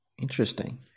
interesting